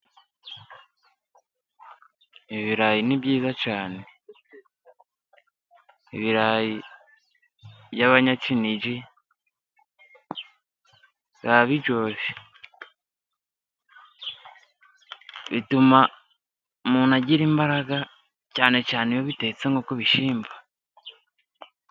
Ibirayi ni byiza cyane ibirayi by'abanyakinigi, biba biryoshye bituma umuntu agira imbaraga cyane cyane iyo bitetse nko ku bishyimbo.